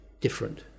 different